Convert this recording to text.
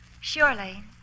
Surely